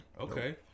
Okay